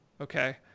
okay